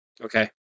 Okay